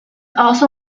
also